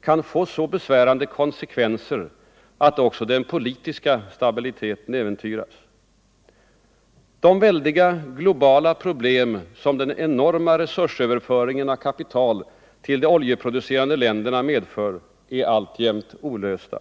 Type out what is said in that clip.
kan få så besvärande konsekvenser att också den politiska stabiliteten äventyras. De väldiga globala problem som den enorma överföringen av kapital Nr 127 till de oljeproducerande länderna medför är alltjämt olösta.